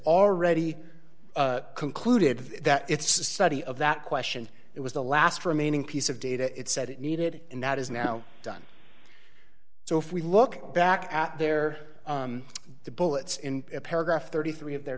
already concluded that it's a study of that question it was the last remaining piece of data it said it needed and that is now done so if we look back at their the bullets in paragraph thirty three